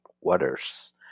waters